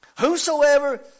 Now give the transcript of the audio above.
Whosoever